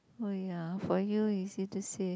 oh ya for you easy to say